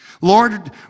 Lord